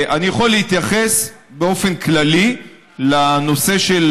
אני יכול להתייחס באופן כללי לנושא של